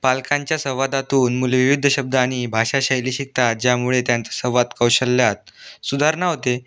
पालकांच्या संवादातून मुले विविध शब्दांनी भाषा शैली शिकतात ज्यामुळे त्यांचा संवाद कौशल्यात सुधारणा होते